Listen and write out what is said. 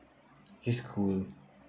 she's cool